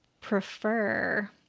prefer